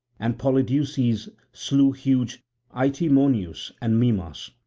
and polydeuces slew huge itymoneus and mimas.